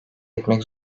etmek